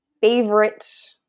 favorite